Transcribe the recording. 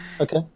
Okay